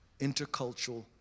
intercultural